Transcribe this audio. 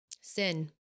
sin